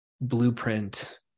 blueprint